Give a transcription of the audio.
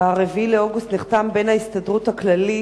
ב-4 באוגוסט 2009 נחתם הסכם בין ההסתדרות הכללית